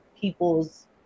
people's